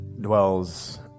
dwells